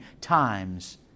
times